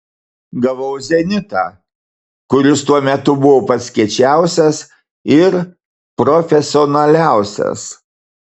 gavau zenitą kuris tuo metu buvo pats kiečiausias ir profesionaliausias